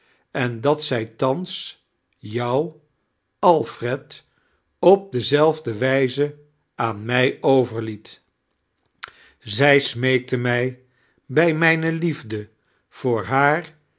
em dat zij thans jou alfred op dezejfde wijze aan mi overldat zij smaekte mij bij mijne liafde voor haar